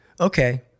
Okay